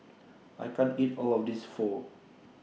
I can't eat All of This Pho